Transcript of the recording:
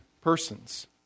persons